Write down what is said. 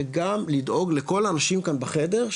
שגם לדאוג לכל האנשים כאן בחדר,